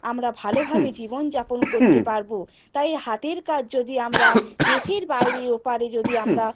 আমরা ভালোভাবে জীবনযাপন করতে পারব তাই হাতের কাজ যদি আমরা দেশের বাইরে ওপারে যদি আমরা